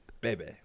Baby